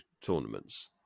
tournaments